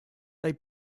they